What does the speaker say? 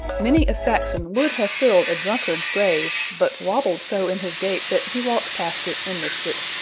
many a saxon would have filled a drunkard's grave, but wabbled so in his gait that he walked past it and missed it.